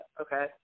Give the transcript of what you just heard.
okay